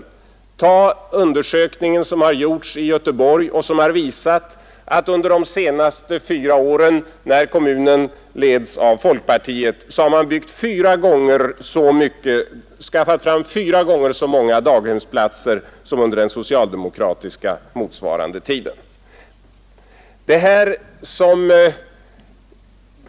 Den undersökning som gjorts i Göteborg har visat att under de senaste fyra åren, dvs. under den tid kommunen letts av folkpartiet, har man skaffat fram fyra gånger så många daghemsplatser som under motsvarande tidsrymd med socialdemokraterna.